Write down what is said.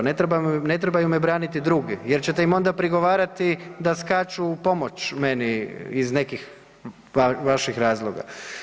Ne trebaju me braniti drugi, jer ćete im onda prigovarati da skaču u pomoć meni iz nekih vaših razloga.